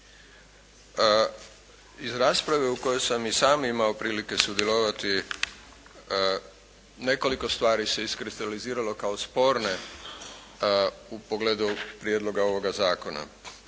Iz rasprave u kojoj sam i sam imao prilike sudjelovati nekoliko stvari se iskristaliziralo kao sporne u pogledu prijedloga ovoga zakona.